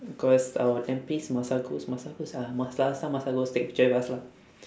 cause our M_Ps masagos masagos ah masagos masagos take picture with us lor